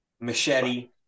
machete